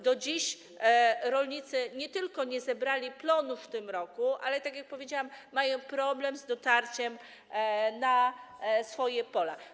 Do dziś rolnicy nie tylko nie zebrali plonów w tym roku, ale - tak jak powiedziałam - mają problem z dotarciem na swoje pola.